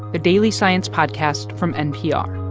a daily science podcast from npr